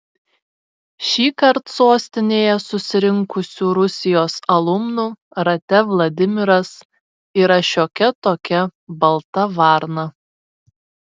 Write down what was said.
šįkart sostinėje susirinkusių rusijos alumnų rate vladimiras yra šiokia tokia balta varna